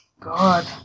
God